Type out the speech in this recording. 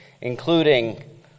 including